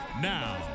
Now